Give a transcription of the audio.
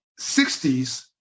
60s